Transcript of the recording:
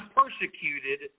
persecuted